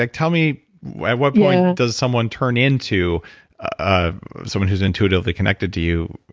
like tell me, at what point does someone turn into ah someone who's intuitively connected to you?